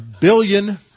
billion